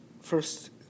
first